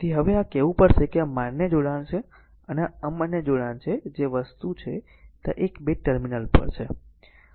તેથી હવે આ કહેવું પડશે કે આ માન્ય જોડાણ છે અને જે અમાન્ય જોડાણ છે જે વસ્તુ છે તે આ 1 2 ટર્મિનલ પર છે